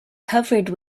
covered